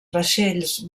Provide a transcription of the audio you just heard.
vaixells